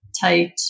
tight